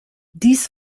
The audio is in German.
dies